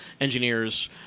engineers